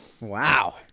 Wow